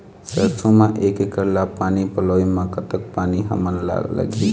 सरसों म एक एकड़ ला पानी पलोए म कतक पानी हमन ला लगही?